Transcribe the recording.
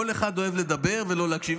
כל אחד אוהב לדבר ולא להקשיב.